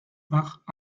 part